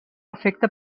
efecte